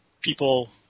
people